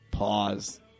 Pause